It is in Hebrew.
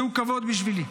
זהו כבוד בשבילי.